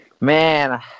Man